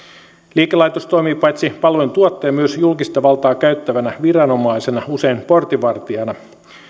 liikelaitos toimii paitsi palveluntuottajana myös julkista valtaa käyttävänä viranomaisena usein portinvartijana